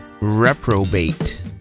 reprobate